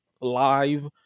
live